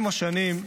עם השנים,